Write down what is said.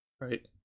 right